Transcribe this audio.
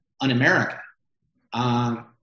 un-American